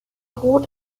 rot